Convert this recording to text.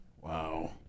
Wow